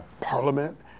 Parliament